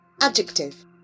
Adjective